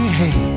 hey